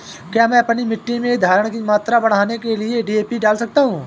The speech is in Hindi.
क्या मैं अपनी मिट्टी में धारण की मात्रा बढ़ाने के लिए डी.ए.पी डाल सकता हूँ?